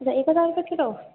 اچھا ایک ہزار روپئے کلو